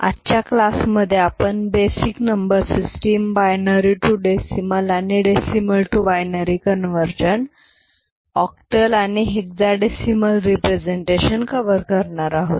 आजच्या क्लासमध्ये आपण basic number system binary to decimal आणि decimal to binary conversion octal आणि हेक्साडिसिमाल रिप्रेसेंटेशन कव्हर करणार आहोत